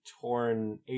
torn